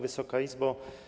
Wysoka Izbo!